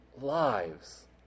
lives